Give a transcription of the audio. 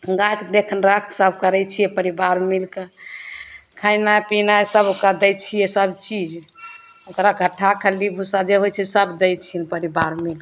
गायके देखरख सब करय छियै परिवार मिलके खेनाइ पीनाइ सब ओकरा दै छियै सब चीज ओकरा झट्ठा खल्ली भूस्सा जे होइ छै सब दै छियै परिवार मिलके